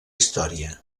història